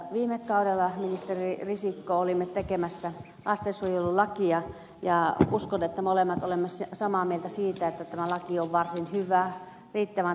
viime kaudella ministeri risikko olimme tekemässä lastensuojelulakia ja uskon että molemmat olemme samaa mieltä siitä että tämä laki on varsin hyvä riittävän tarkka ja täsmällinen